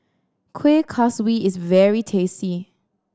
Kueh Kaswi is very tasty